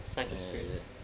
orh is it